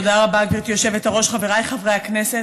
תודה רבה, גברתי היושבת-ראש, חבריי חברי הכנסת,